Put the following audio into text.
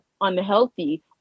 unhealthy